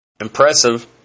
impressive